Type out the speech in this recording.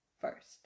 first